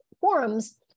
forums